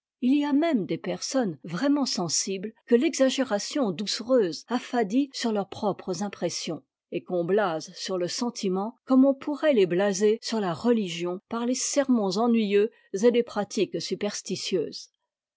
il y a même des personnes vraiment sensibles que l'exagération doucereuse affadit sur leurs propres impressions et qu'on blase sur le sentiment comme on pourrait les blaser sur la religion par les sermons ennuyeux et les pratiques superstitieuses